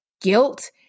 guilt